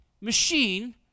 machine